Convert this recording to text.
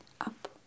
up